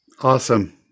Awesome